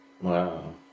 wow